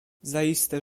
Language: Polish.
zaiste